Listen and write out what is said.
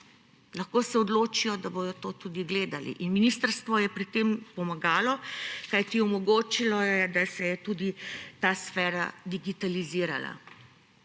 Lahko se odločijo, da bodo to tudi gledali, in ministrstvo je pri tem pomagalo, kajti omogočilo je, da se je tudi ta sfera digitalizirala.